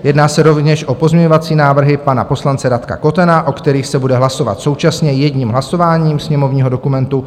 Jedná se rovněž o pozměňovací návrhy pana poslance Radka Kotena, o kterých se bude hlasovat současně jedním hlasováním sněmovního dokumentu 2472.